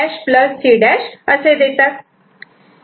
B' C' असे देतात